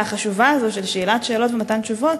החשובה הזאת של שאילת שאלות ומתן תשובות,